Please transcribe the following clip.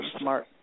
smart